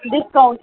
discount